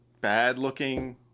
bad-looking